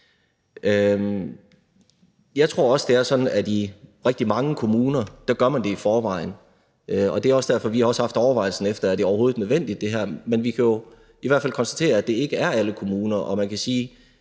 det er sådan, at man i rigtig mange kommuner gør det i forvejen. Det er også derfor, vi har haft overvejelsen, om det her overhovedet er nødvendigt. Men vi kan jo i hvert fald konstatere, at det ikke er alle kommuner. Og man kan sige,